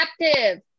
captive